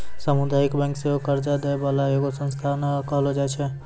समुदायिक बैंक सेहो कर्जा दै बाला एगो संस्थान कहलो जाय छै